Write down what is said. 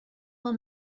them